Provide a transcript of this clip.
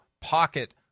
pocket